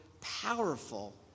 powerful